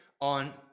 on